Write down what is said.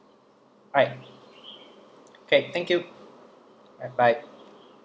right okay thank you bye bye